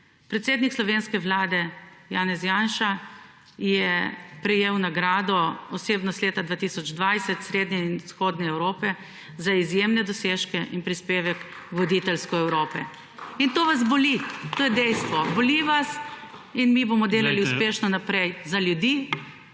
predsednik slovenske Vlade, Janez Janša, je prejel nagrado osebnost leta 2020, srednje in vzhodne Evrope, za izjemne dosežke in prispevek voditeljsko(?) Evrope / aplavz v ozadju/ in to vas boli, to je dejstvo, boli vas in mi bomo delali uspešno naprej…